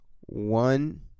One